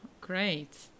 great